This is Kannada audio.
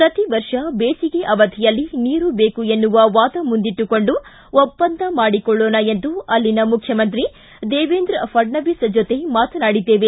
ಪ್ರತಿವರ್ಷ ಬೇಸಿಗೆ ಅವಧಿಯಲ್ಲಿ ನೀರು ಬೇಕು ಎನ್ನುವ ವಾದ ಮುಂದಿಟ್ಟುಕೊಂಡು ಒಪ್ಪಂದ ಮಾಡಿಕೊಳ್ಳೋಣ ಎಂದು ಅಲ್ಲಿನ ಮುಖ್ಯಮಂತ್ರಿ ದೇವೇಂದ್ರ ಫಡ್ನವೀಸ್ ಜೊತೆ ಮಾತನಾಡಿದ್ದೇವೆ